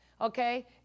okay